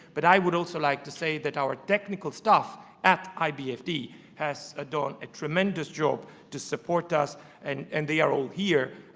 but i would also like to say that our technical stuff at ibfd has ah done a tremendous job to support us and and they are all here.